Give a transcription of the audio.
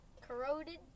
Corroded